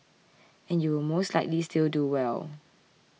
and you will most likely still do well